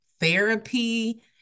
therapy